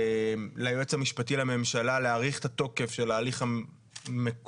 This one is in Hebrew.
ליועץ המשפטי לממשלה להאריך את התוקף של ההליך המקוצר,